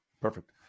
Perfect